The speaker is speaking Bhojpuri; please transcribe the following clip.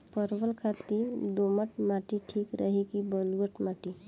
परवल खातिर दोमट माटी ठीक रही कि बलुआ माटी?